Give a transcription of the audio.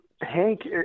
Hank